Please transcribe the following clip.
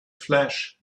flash